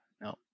No